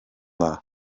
dda